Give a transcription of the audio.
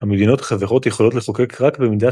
המדינות החברות יכולות לחוקק רק במידה